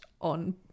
on